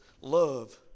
Love